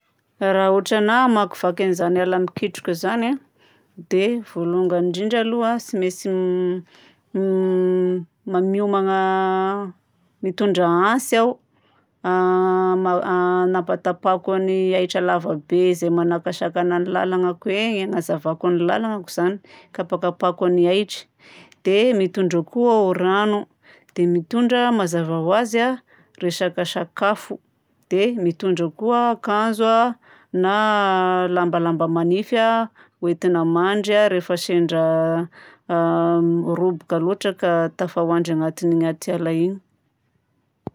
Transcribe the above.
Raha ôtranahy hamakivaky an'izany ala mikitroka zany a, dia vôlongany indrindra aloha tsy maintsy ma- miomagna mitondra antsy aho hana- hanapatapahako ny ahitra lavabe zay manakatsakana ny lalagnako eny, hanazavako ny lalagnako zany, kapakapako ny ahitra. Dia mitondra koa aho rano, dia mitondra mazava ho azy a resaka sakafo. Dia mitondra koa aho akanjo a na lambalamba manify a hoentina mandry a rehefa sendra roboka loatra ka tafa hoandry agnatin'ny atiala igny.